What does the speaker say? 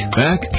back